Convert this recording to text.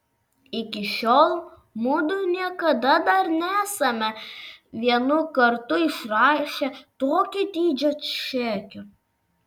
iki šiol mudu niekada dar nesame vienu kartu išrašę tokio dydžio čekio